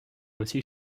aussi